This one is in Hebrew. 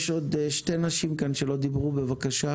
יש עוד שתי נשים מהפורום שלא דיברו כאן.